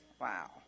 Wow